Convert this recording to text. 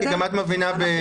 כי גם את מבינה --- הרצנו,